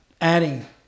adding